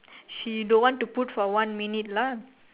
she don't want to put for one minute lah